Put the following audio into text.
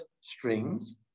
strings